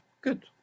Good